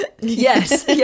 yes